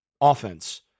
offense